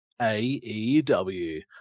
AEW